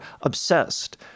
obsessed